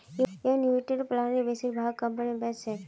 एनयूटीर प्लान बेसिर भाग कंपनी बेच छेक